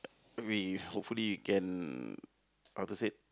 we hopefully can how to say